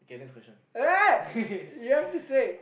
okay next question